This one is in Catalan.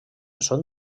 són